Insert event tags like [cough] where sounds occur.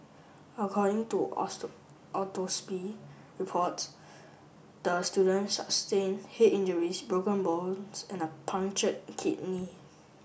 according to [unintelligible] reports the student sustained head injuries broken bones and a punctured kidney